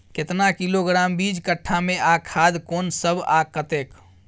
केतना किलोग्राम बीज कट्ठा मे आ खाद कोन सब आ कतेक?